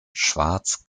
schwarz